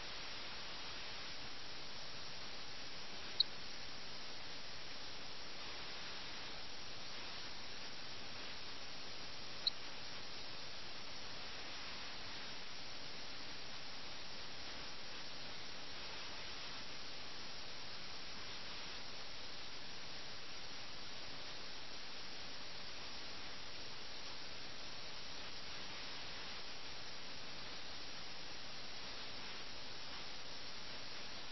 അതിനാൽ ഇത് ഉറക്കമല്ല ഇത് നിഷ്ക്രിയത്വത്തിന്റെ പരമാവധിയാണ് വിദേശ ശക്തിക്ക് ഒരു തരത്തിലുമുള്ള പോരാട്ടവുമില്ലാതെ രാജ്യം വിട്ടുകൊടുക്കാൻ കഴിയുന്ന ആളുകളുടെ ഭാഗത്ത് നിഷ്ക്രിയത്വത്തിന്റെ പരമാവധിയാണ്